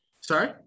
Sorry